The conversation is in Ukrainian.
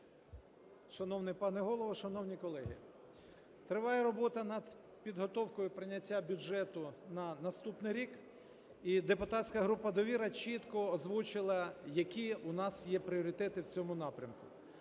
Шановний пане Голово, шановні колеги! Триває робота над підготовкою прийняття бюджету на наступний рік, і депутатська група "Довіра" чітко озвучила, які у нас є пріоритети в цьому напрямку.